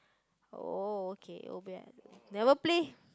oh okay never play